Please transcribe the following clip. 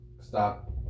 stop